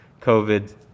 COVID